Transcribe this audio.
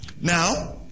Now